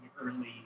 early